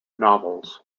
novels